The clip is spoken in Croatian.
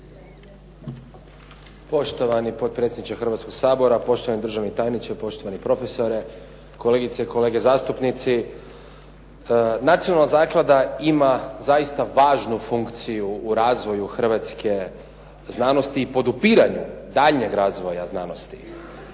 Poštovani potpredsjedniče Hrvatskog sabora, poštovani državni tajniče, poštovani profesore, kolegice i kolege zastupnici. Nacionalna zaklada ima zaista važnu funkciju u razvoju hrvatske znanosti i podupiranju daljnjeg razvoja znanosti,